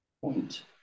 point